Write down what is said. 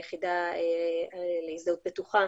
היחידה להזדהות בטוחה